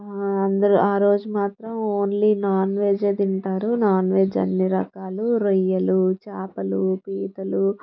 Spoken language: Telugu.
ఆ అందరు ఆరోజు మాత్రం ఓన్లీ నాన్ వెజ్జే తింటారు నాన్ వెజ్ అన్నీ రకాలు రొయ్యలు చేపలు పీతలు